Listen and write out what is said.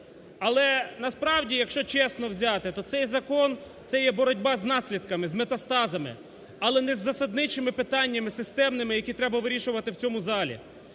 Але насправді, якщо чесно взяти, то цей закон це є боротьба з наслідками, з метастазами, але не із засадничими питаннями системними, які треба вирішувати в цьому залі.